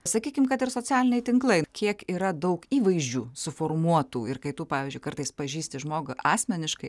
sakykim kad ir socialiniai tinklai kiek yra daug įvaizdžių suformuotų ir kai tu pavyzdžiui kartais pažįsti žmogų asmeniškai